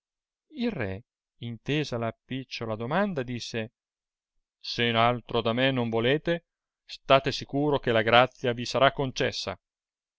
il re intesa la picciola domanda disse se altro da me non volete state sicuro che la grazia vi sarà concessa